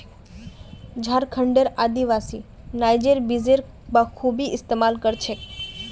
झारखंडेर आदिवासी नाइजर बीजेर बखूबी इस्तमाल कर छेक